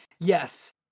Yes